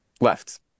Left